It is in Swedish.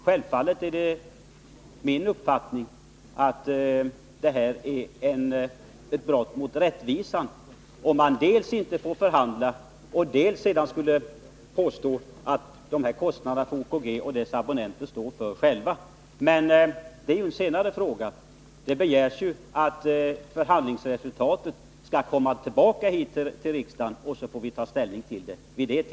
Självfallet är det min uppfattning att detta är ett brott mot rättvisan: dels får man inte förhandla, dels skulle OKG och dess abonnenter få stå för kostnaderna själva. Men detta är ju en senare fråga. Det begärs ju att förhandlingsresultatet skall presenteras för riksdagen senare, så att vi då får ta ställning till det.